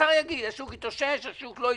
השר יגיד: השוק התאושש, השוק לא התאושש.